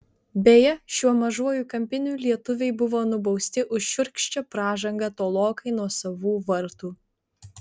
beje šiuo mažuoju kampiniu lietuviai buvo nubausti už šiurkščią pražangą tolokai nuo savų vartų